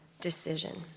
decision